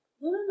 No